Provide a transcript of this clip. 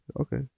Okay